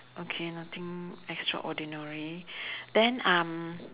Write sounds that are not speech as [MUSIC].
okay nothing extraordinary [BREATH] then um